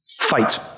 Fight